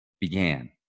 began